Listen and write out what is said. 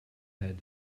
head